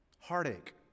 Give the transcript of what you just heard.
heartache